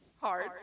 hard